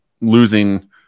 losing